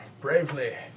bravely